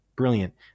Brilliant